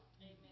Amen